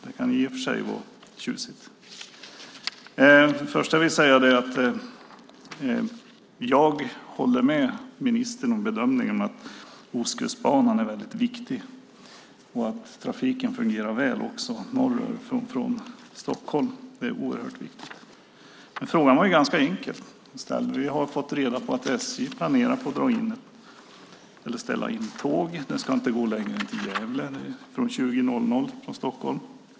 Det kan i och för sig vara tjusigt. Det första jag vill säga är att jag håller med ministern om bedömningen att Ostkustbanan är väldigt viktig, och att det är oerhört viktigt att trafiken fungerar väl också norröver från Stockholm. Men frågan var ganska enkelt ställd. Vi har fått reda på att SJ planerar att dra in eller ställa in tåg. Det ska inte gå längre än till Gävle från 20.00 från Stockholm.